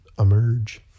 emerge